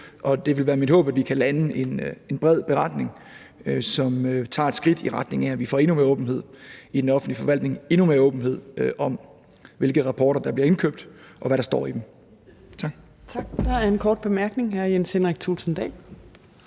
Det vil være mit håb, at vi kan lande en bred beretning, som tager et skridt i retning af, at vi får endnu mere åbenhed i den offentlige forvaltning og endnu mere åbenhed om, hvilke rapporter der bliver indkøbt, og hvad der står i dem. Tak.